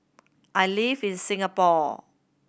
I live in Singapore